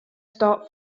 start